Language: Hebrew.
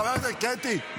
חברת הכנסת קטי.